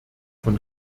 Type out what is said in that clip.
von